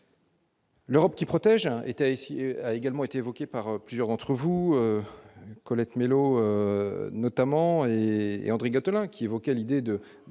L'Europe qui protège un État si a également été évoqué par plusieurs d'entre vous, Colette Mélot notamment et et André Gattolin, qui évoquait l'idée de